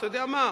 אתה יודע מה?